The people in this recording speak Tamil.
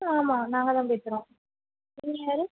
ம் ஆமாம் நாங்கள்தான் பேசுகிறோம் நீங்கள் யார்